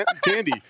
candy